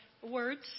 Words